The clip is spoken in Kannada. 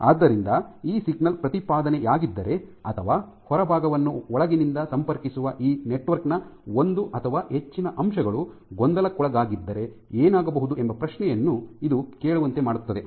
ಆದ್ದರಿಂದ ಈ ಸಿಗ್ನಲ್ ಪ್ರತಿಪಾದನೆಯಾಗಿದ್ದರೆ ಅಥವಾ ಹೊರಭಾಗವನ್ನು ಒಳಗಿನಿಂದ ಸಂಪರ್ಕಿಸುವ ಈ ನೆಟ್ವರ್ಕ್ ನ ಒಂದು ಅಥವಾ ಹೆಚ್ಚಿನ ಅಂಶಗಳು ಗೊಂದಲಕ್ಕೊಳಗಾಗಿದ್ದರೆ ಏನಾಗಬಹುದು ಎಂಬ ಪ್ರಶ್ನೆಯನ್ನು ಇದು ಕೇಳುವಂತೆ ಮಾಡುತ್ತದೆ